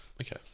Okay